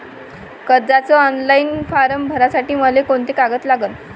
कर्जाचे online form भरासाठी मले कोंते कागद लागन?